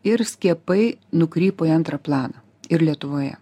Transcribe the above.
ir skiepai nukrypo į antrą planą ir lietuvoje